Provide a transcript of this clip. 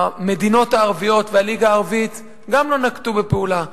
המדינות הערביות והליגה הערבית גם לא נקטו פעולה.